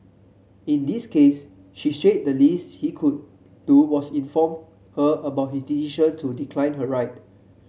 in this case she said the least he could do was inform her about his decision to decline her ride